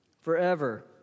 Forever